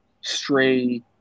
stray